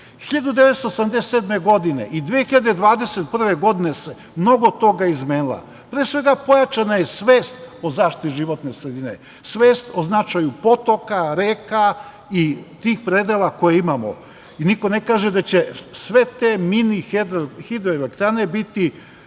1987. godine i 2021. godine se mnogo toga izmenilo. Pre svega, pojačana je svest o zaštiti životne sredine, svest o značaju potoka, reka i tih predela koje imamo i niko ne kaže da će sve te minihidroelektrane biti